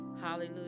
hallelujah